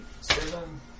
Seven